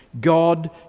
God